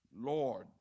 Lord